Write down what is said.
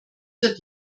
zur